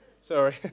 Sorry